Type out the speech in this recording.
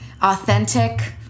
authentic